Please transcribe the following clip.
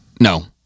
No